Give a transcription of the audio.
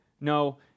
no